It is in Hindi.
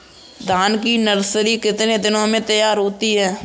धान की नर्सरी कितने दिनों में तैयार होती है?